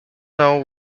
know